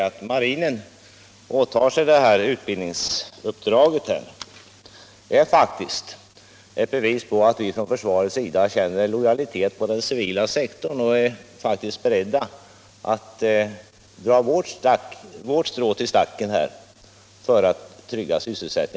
Att marinen åtar sig utbildningsuppdraget är faktiskt ett bevis på att vi inom försvaret känner lojalitet mot den civila sektorn, och vi är beredda att i det här sammanhanget dra vårt strå till stacken för att trygga sysselsättningen.